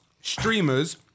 streamers